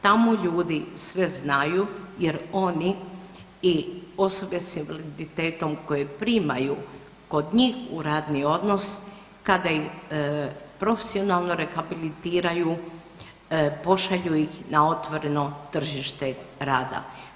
Tamo ljudi sve znaju jer oni i osobe s invaliditetom koje primaju kod njih u radni odnos, kada ih profesionalno rehabilitiraju, pošalju ih na otvoreno tržište rada.